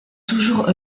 toujours